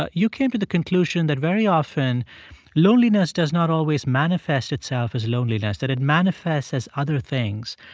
ah you came to the conclusion that very often loneliness does not always manifest itself as loneliness, that it manifests as other things.